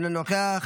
אינו נוכח,